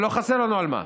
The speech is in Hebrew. ולא חסר לנו על מה.